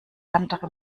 andere